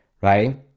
right